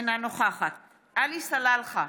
אינה נוכחת עלי סלאלחה,